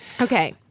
Okay